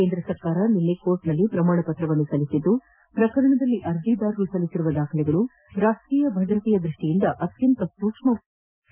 ಕೇಂದ್ರ ಸರ್ಕಾರ ನಿನ್ನೆ ನ್ಯಾಯಾಲಯದಲ್ಲಿ ಪ್ರಮಾಣಪತ್ರವನ್ನು ಸಲ್ಲಿಸಿದ್ದು ಪ್ರಕರಣದಲ್ಲಿ ಅರ್ಜಿದಾರರು ಸಲ್ಲಿಸಿರುವ ದಾಖಲೆಗಳು ರಾಷ್ಟೀಯ ಭದ್ರತೆ ದೃಷ್ಟಿಯಿಂದ ಅತ್ಯಂತ ಸೂಕ್ಷ್ಮವಾದವು ಎಂದು ಹೇಳಿದೆ